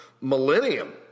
millennium